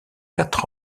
quatre